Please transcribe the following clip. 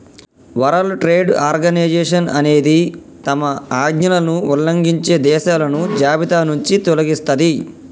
world trade organisation అనేది తమ ఆజ్ఞలను ఉల్లంఘించే దేశాలను జాబితానుంచి తొలగిస్తది